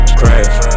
crash